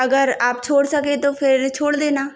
अगर आप छोड़ सकें तो फ़िर छोड़ देना